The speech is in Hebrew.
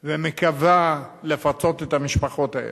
של אזרחים ומקווה לפצות את המשפחות האלה.